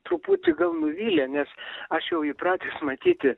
truputį gal nuvylė nes aš jau įpratęs matyti